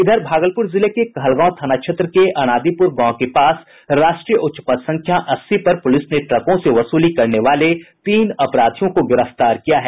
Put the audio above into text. इधर भागलपुर जिले के कहलगांव थाना क्षेत्र के आनादीपुर गांव के पास राष्ट्रीय उच्च संख्या अस्सी पर पुलिस ने ट्रकों से वसूली करने वाले तीन अपराधियों को गिरफ्तार किया है